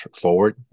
forward